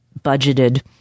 budgeted